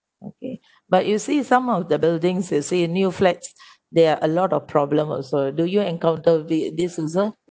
okay but you see some of the buildings you see new flats there are a lot of problem also do you encounter the this also